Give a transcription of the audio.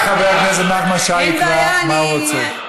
רק חבר הכנסת נחמן שי יקבע מה הוא רוצה.